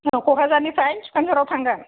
कक्राझारनिफ्राय सुखानजरायाव थांगोन